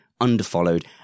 underfollowed